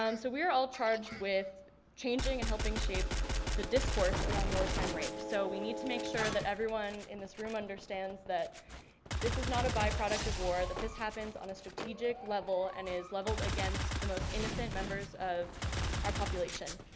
um so we are all charged with changing and helping shape the discourse around wartime rape. so we need to make sure that everyone in this room understands that this is not a byproduct of war, that this happens on a strategic level and is leveled against the most innocent members of our population.